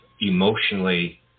emotionally